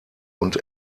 und